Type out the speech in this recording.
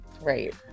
Right